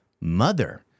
mother